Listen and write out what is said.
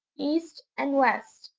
east, and west,